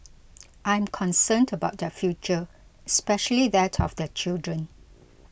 I am concerned about their future especially that of their children